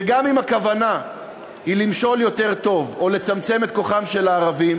שגם אם הכוונה היא למשול יותר טוב או לצמצם את כוחם של הערבים,